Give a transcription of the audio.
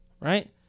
right